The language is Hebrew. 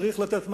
צריך לתת מים,